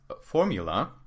formula